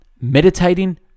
meditating